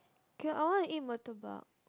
K I want to eat Murtabak